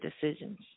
decisions